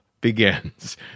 begins